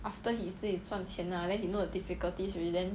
after he 自己赚钱 lah then he know the difficulties then